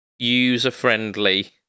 user-friendly